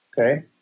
Okay